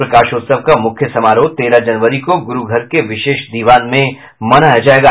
प्रकाशोत्सव का मुख्य समारोह तेरह जनवरी को गुरू घर के विशेष दिवान में मनाया जायेगा